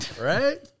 Right